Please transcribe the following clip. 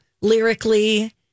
lyrically